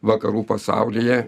vakarų pasaulyje